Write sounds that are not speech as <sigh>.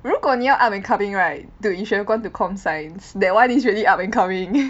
如果你要 up and coming right dude you should have gone to comp science that one is really up and coming <noise>